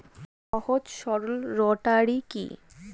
সহজ সরল রোটারি কি?